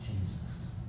Jesus